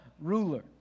ruler